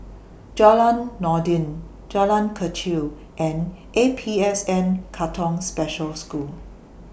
Jalan Noordin Jalan Kechil and A P S N Katong Special School